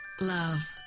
love